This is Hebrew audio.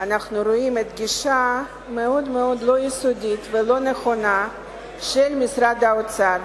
אנחנו רואים גישה מאוד מאוד לא יסודית ולא נכונה של משרד האוצר.